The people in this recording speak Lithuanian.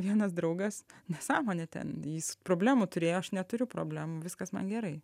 vienas draugas nesąmonė ten jis problemų turėjo aš neturiu problemų viskas man gerai